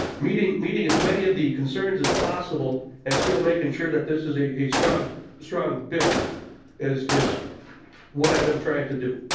meeting meeting as many of the concerns as possible is and still making sure that this is a a strong strong bill is is what i've been trying to do.